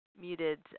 muted